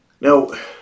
now